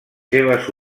seves